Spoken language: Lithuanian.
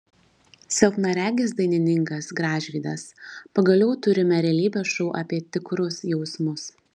silpnaregis dainininkas gražvydas pagaliau turime realybės šou apie tikrus jausmus